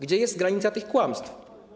Gdzie jest granica tych kłamstw?